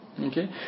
Okay